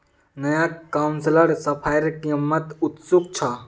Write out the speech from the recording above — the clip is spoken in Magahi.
नया काउंसलर सफाईर कामत उत्सुक छ